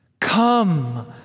Come